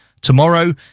Tomorrow